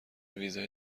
ویزای